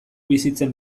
bizitzen